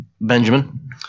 Benjamin